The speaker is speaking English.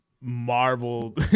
Marvel